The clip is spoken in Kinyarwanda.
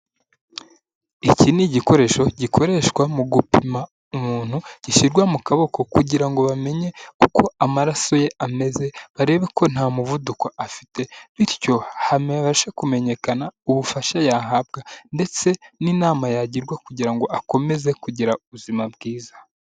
Iki ni igikoresho gikoreshwa mu gupima umuntu, gishyirwa mu kaboko kugira ngo bamenye uko amaraso ye ameze, barebe ko nta muvuduko afite, bityo habashe kumenyekana ubufasha yahabwa ndetse n'inama yagirwa kugira ngo akomeze kugira ubuzima bwiza.